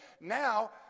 Now